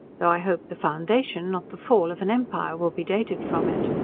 though i hope the foundation, not the fall, of an empire will be dated from it.